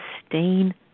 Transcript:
sustain